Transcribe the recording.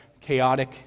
chaotic